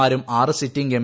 മാരും ആറ് sitting M